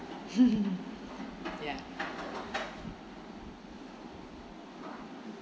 ya